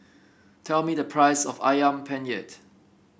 tell me the price of ayam penyet